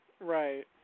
Right